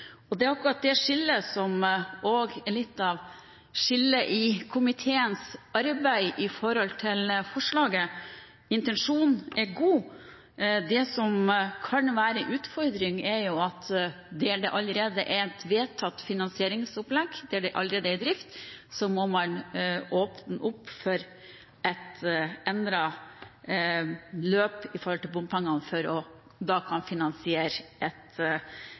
for. Det er akkurat det skillet som også er litt av skillet i komiteens arbeid med forslaget. Intensjonen er god. Det som kan være en utfordring, er at der det allerede er et vedtatt finansieringsopplegg, der det allerede er i drift, må man åpne opp for et endret løp for bompengene for da å kunne finansiere et